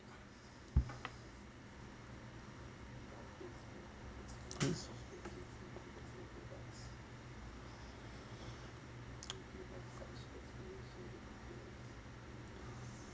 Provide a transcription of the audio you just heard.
please